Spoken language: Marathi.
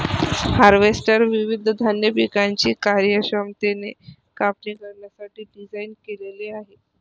हार्वेस्टर विविध धान्य पिकांची कार्यक्षमतेने कापणी करण्यासाठी डिझाइन केलेले आहे